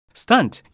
stunt